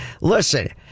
Listen